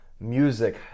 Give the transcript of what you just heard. music